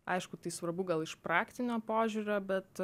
aišku tai svarbu gal iš praktinio požiūrio bet